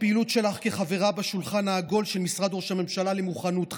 הפעילות שלך כחברה בשולחן העגול של משרד ראש הממשלה למוכנות חירום,